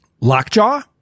Lockjaw